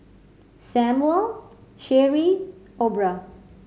Samuel Cherie Aubra